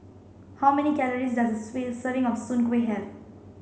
how many calories does a serving of soon Kway have